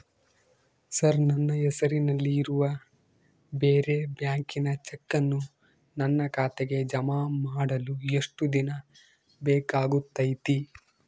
Sir ನನ್ನ ಹೆಸರಲ್ಲಿ ಇರುವ ಬೇರೆ ಬ್ಯಾಂಕಿನ ಚೆಕ್ಕನ್ನು ನನ್ನ ಖಾತೆಗೆ ಜಮಾ ಮಾಡಲು ಎಷ್ಟು ದಿನ ಬೇಕಾಗುತೈತಿ?